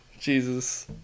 Jesus